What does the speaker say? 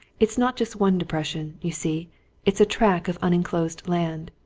it's not just one depression, you see it's a tract of unenclosed land.